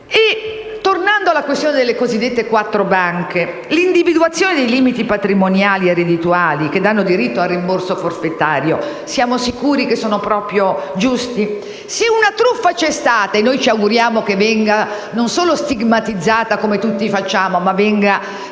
Tornando alla questione delle quattro banche e all'individuazione dei limiti patrimoniali e reddituali che danno diritto al rimborso forfettario, siamo sicuri che siano proprio giusti? Se una truffa c'è stata - e ci auguriamo che venga non solo stigmatizzata, come tutti facciamo, ma seriamente